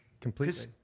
completely